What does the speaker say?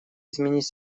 изменить